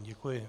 Děkuji.